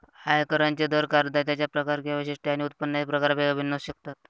आयकरांचे दर करदात्यांचे प्रकार किंवा वैशिष्ट्ये आणि उत्पन्नाच्या प्रकारापेक्षा भिन्न असू शकतात